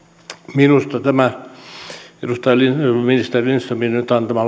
minusta tämä ministeri lindströmin nyt antama